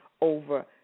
over